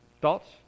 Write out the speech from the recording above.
Thoughts